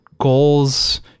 goals